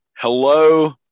Hello